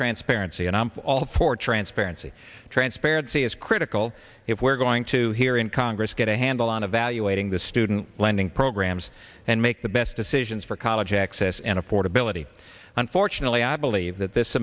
transparency and i'm all for transparency transparency is critical if we're going to hear in congress get a handle on evaluating the student lending programs and make the best decisions for college access and affordability unfortunately i believe that this